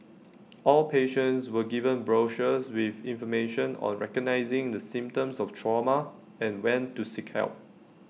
all patients were given brochures with information on recognising the symptoms of trauma and when to seek help